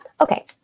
Okay